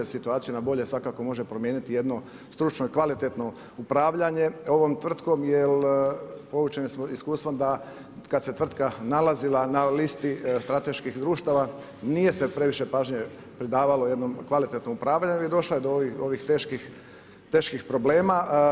Situaciju na bolje svakako može promijeniti jedino stručno i kvalitetno upravljanje ovom tvrtkom, jer poučeni smo iskustvom da kad se tvrtka nalazila na listi strateških društava nije se previše pažnje pridavalo jednom kvalitetnom upravljanju i došla je do ovih teških problema.